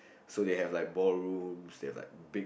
so they have like ballrooms they like big